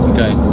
Okay